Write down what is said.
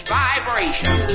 vibration